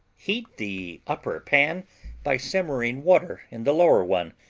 heat the upper pan by simmering water in the lower one,